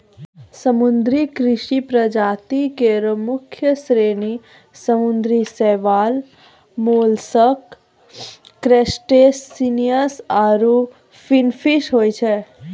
समुद्री कृषि प्रजाति केरो मुख्य श्रेणी समुद्री शैवाल, मोलस्क, क्रसटेशियन्स आरु फिनफिश होय छै